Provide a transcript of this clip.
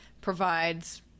provides